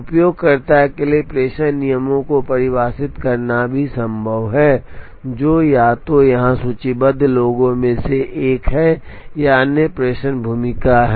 उपयोगकर्ता के लिए प्रेषण नियम को परिभाषित करना भी संभव है जो या तो यहां सूचीबद्ध लोगों में से एक है या अन्य प्रेषण भूमिका है